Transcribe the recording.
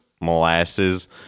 molasses